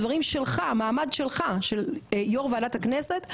הדברים שלך המעמד שלך של יו"ר ועדת הכנסת,